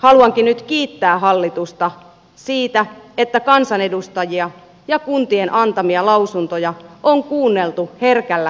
haluankin nyt kiittää hallitusta siitä että kansanedustajia ja kuntien antamia lausuntoja on kuunneltu herkällä korvalla